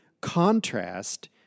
contrast